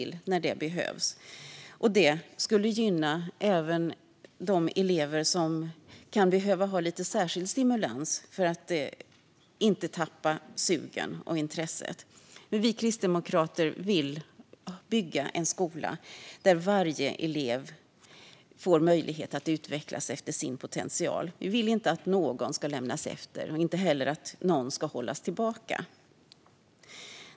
Det skulle gynna även de elever som kan behöva lite särskild stimulans för att inte tappa sugen och intresset. Vi kristdemokrater vill bygga en skola där varje elev får möjlighet att utvecklas efter sin potential. Vi vill inte att någon ska lämnas efter och inte heller att någon ska hållas tillbaka.